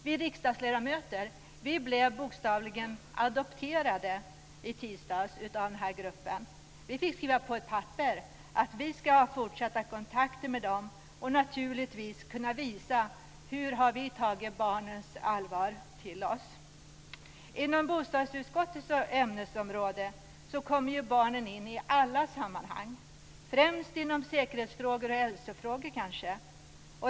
Vi riksdagsledamöter som var med blev bokstavligen adopterade av ungdomarna. Vi fick skriva på ett papper att vi ska ha fortsatta kontakter med dem och naturligtvis kunna visa hur vi har tagit barnens allvar till oss. Inom bostadsutskottets ämnesområde kommer barnen in i alla sammanhang, främst inom säkerhetsfrågor och hälsofrågor.